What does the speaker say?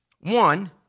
One